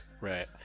Right